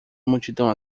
multidão